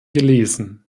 gelesen